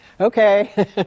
Okay